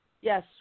Yes